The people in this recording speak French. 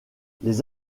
les